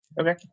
Okay